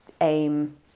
aim